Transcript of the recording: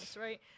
right